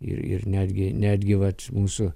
ir ir netgi netgi vat mūsų